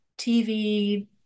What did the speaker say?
TV